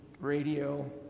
radio